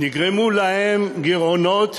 נגרמו להן גירעונות,